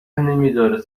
نمیداره